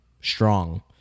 strong